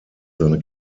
seine